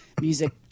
Music